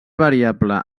variable